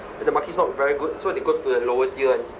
the market is not very good so they go to the lower tier [one]